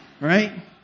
Right